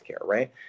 right